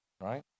right